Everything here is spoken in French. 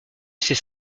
ces